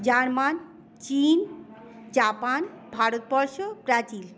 German চিন Japan ভারতবর্ষ Brazil